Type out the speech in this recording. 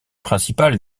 principal